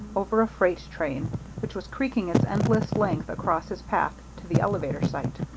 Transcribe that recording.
over a freight train which was creaking its endless length across his path, to the elevator site.